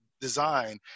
design